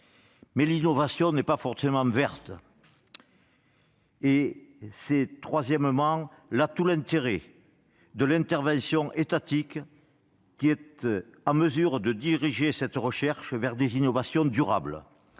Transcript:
l'innovation n'est pas forcément verte. C'est tout l'intérêt de l'intervention étatique, qui est en mesure de diriger cette recherche vers des innovations durables.